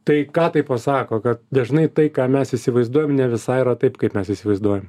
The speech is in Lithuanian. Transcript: tai ką tai pasako kad dažnai tai ką mes įsivaizduojam ne visai yra taip kaip mes įsivaizduojam